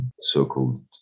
so-called